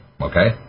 okay